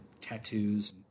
tattoos